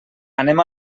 anem